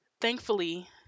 thankfully